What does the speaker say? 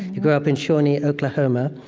you grew up in shawnee, oklahoma.